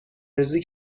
ریزی